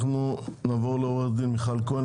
אנחנו נעבור לעורכת דין מיכל כהן,